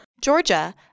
Georgia